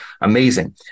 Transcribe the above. amazing